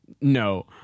No